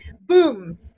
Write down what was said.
boom